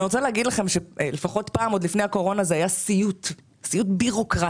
עוד לפני הקורונה זה היה סיוט בירוקרטי,